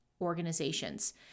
organizations